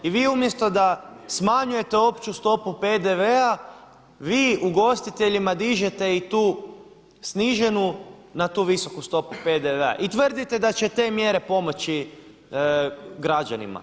I vi umjesto da smanjujete opću stopu PDV-a vi ugostiteljima dižete i tu sniženu na tu visoku stopu PDV-a i tvrdite da će te mjere pomoći građanima.